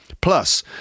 Plus